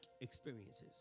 experiences